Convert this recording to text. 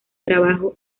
trabajo